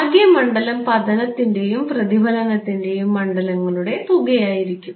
ആകെ മണ്ഡലം പതനത്തിൻറെയും പ്രതിഫലനത്തിൻറെയും മണ്ഡലങ്ങളുടെ തുകയായിരിക്കും